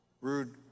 Rude